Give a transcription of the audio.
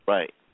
Right